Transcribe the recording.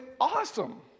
awesome